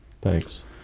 Thanks